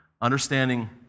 Understanding